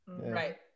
Right